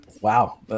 wow